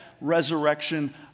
resurrection